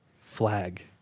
flag